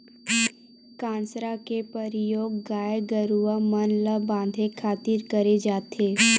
कांसरा के परियोग गाय गरूवा मन ल बांधे खातिर करे जाथे